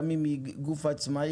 גם אם היא גוף עצמאי,